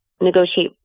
negotiate